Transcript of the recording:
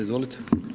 Izvolite.